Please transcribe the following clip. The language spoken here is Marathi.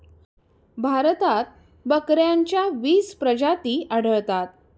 भारतात बकऱ्यांच्या वीस प्रजाती आढळतात